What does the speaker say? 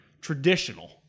traditional